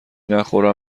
نخورم